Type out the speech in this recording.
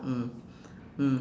mm mm